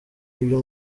y’ibyo